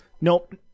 nope